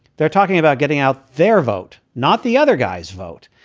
they're talking about getting out their vote, not the other guy's vote.